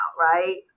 Right